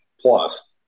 plus